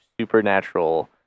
supernatural